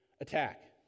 attack